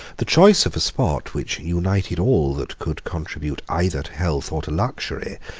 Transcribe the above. the choice of a spot which united all that could contribute either to health or to luxury,